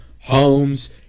Holmes